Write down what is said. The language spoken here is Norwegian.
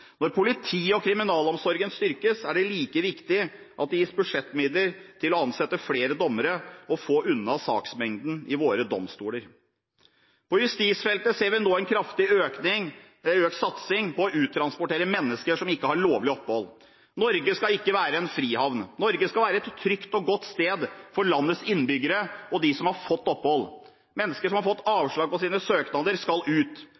Når politiet og kriminalomsorgen styrkes, er det like viktig at det gis budsjettmidler til å ansette flere dommere og få unna saksmengden i våre domstoler. På justisfeltet ser vi nå en kraftig økt satsning på å uttransportere mennesker som ikke har lovlig opphold. Norge skal ikke være en frihavn. Norge skal være et trygt og godt sted for landets innbyggere og de som har fått opphold. Mennesker som har fått avslag på sine søknader, skal ut.